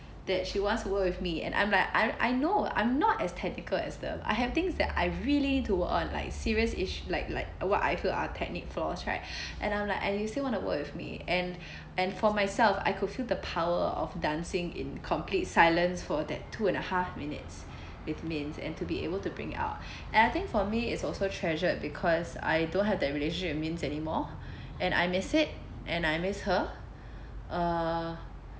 that she wants to work with me and I'm like I I know I'm not as technical as them I have things that I really need work on like serious ish~ like like what I feel are technique flaws right and I'm like you still want to work with me and and for myself I could feel the power of dancing in complete silence for that two and a half minutes with mins and to be able to bring out and I think for me it's also treasured because I don't have that relation with mins anymore and I miss it and I miss her uh